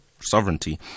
sovereignty